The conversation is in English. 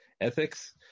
ethics